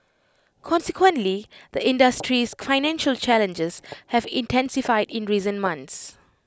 consequently the industry's financial challenges have intensified in recent months